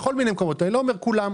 בכל מיני מקומות אני לא אומר שכולם,